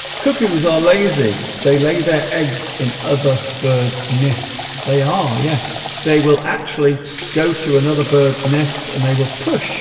cuckoos are lazy they lay their eggs in other birds nests they are yes they will actually go to another bird's nest and they will push